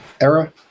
era